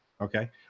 okay